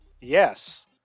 Yes